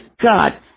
God